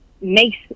makes